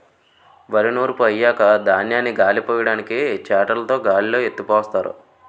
వరి నూర్పు అయ్యాక ధాన్యాన్ని గాలిపొయ్యడానికి చేటలుతో గాల్లో ఎత్తిపోస్తారు